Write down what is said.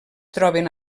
troben